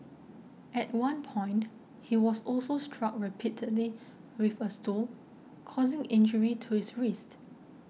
at one point he was also struck repeatedly with a stool causing injury to his wrist